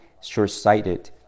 short-sighted